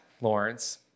Lawrence